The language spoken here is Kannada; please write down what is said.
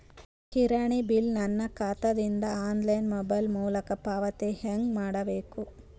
ಕಿರಾಣಿ ಬಿಲ್ ನನ್ನ ಖಾತಾ ದಿಂದ ಆನ್ಲೈನ್ ಮೊಬೈಲ್ ಮೊಲಕ ಪಾವತಿ ಹೆಂಗ್ ಮಾಡಬೇಕು?